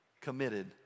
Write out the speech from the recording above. committed